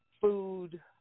food